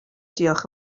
diolch